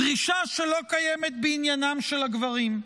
דרישה שלא קיימת בעניינם של הגברים.